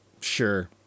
Sure